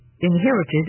inherited